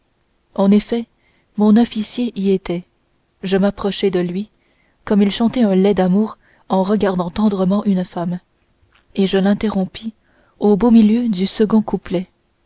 en effet mon officier y était je m'approchai de lui comme il chantait un lai d'amour en regardant tendrement une femme et je l'interrompis au beau milieu du second couplet